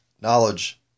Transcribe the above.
knowledge